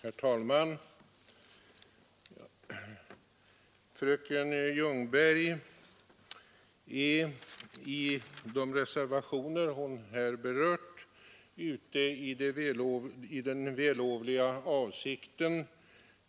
Herr talman! Fröken Ljungberg är i de reservationer hon har berört ute i vällovliga avsikter.